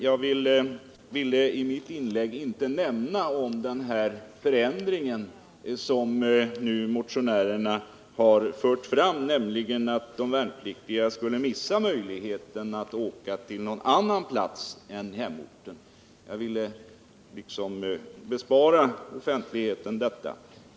Jag ville i mitt inlägg inte nämna den här förändringen som nu motionärernas förslag innebär, nämligen att de värnpliktiga skulle missa möjligheten att åka till någon annan plats än hemorten; detta ville jag bespara offentligheten.